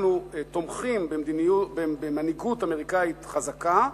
אנחנו תומכים במנהיגות אמריקנית חזקה,